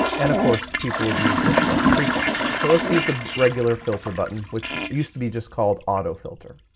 and, of course, people would use this less frequently. so let's use the regular filter button, which used to be just called autofilter.